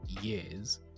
years